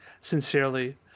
Sincerely